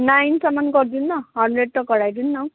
नाइनसम्म गरिदिनु न हन्ड्रेड त घटाइदिनु न हौ